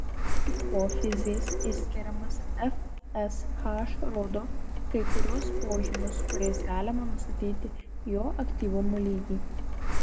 hipofizės išskiriamas fsh rodo kai kuriuos požymius kuriais galima nustatyti jo aktyvumo lygį